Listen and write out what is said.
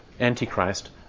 Antichrist